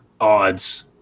odds